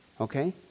okay